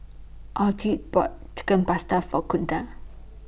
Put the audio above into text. Alcide bought Chicken Pasta For Kunta